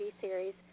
series